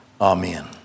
Amen